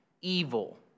evil